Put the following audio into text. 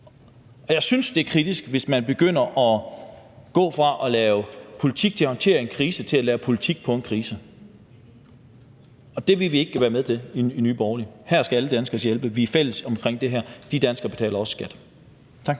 Jeg synes, det er kritisk, hvis man begynder at gå fra at lave politik til at håndtere en krise til at lave politik på en krise, og det vil vi ikke være med til i Nye Borgerlige. Her skal alle danskere hjælpes. Vi er fælles om det her. De danskere betaler også skat. Tak.